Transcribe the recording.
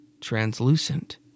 translucent